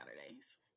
Saturdays